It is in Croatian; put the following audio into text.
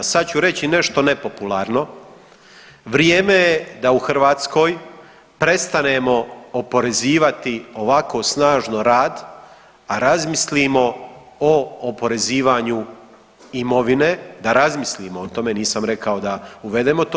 Sad ću reći nešto nepopularno, vrijeme je da u Hrvatskoj prestanemo oporezivati ovako snažno rad, a razmislimo o oporezivanju imovine, da razmislimo o tome, nisam rekao da uvedemo to.